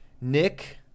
Nick